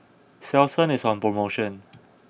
Selsun is on promotion